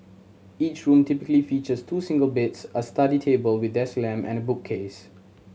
each room typically features two single beds a study table with desk lamp and bookcase